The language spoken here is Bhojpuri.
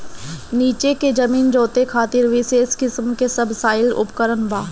नीचे के जमीन जोते खातिर विशेष किसिम के सबसॉइल उपकरण बा